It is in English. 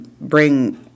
bring